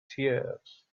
tears